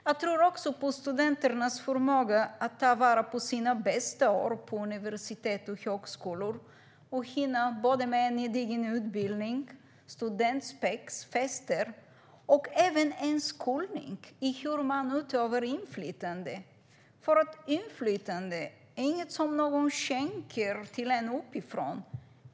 Jag tror också på studenternas förmåga att ta vara på sina bästa år på universitet och högskolor och hinna med en gedigen utbildning, studentspex, fester och även inskolning i hur man utövar inflytande. Inflytande är nämligen ingenting som någon skänker till en uppifrån.